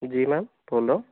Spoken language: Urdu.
جی میم بول رہا ہوں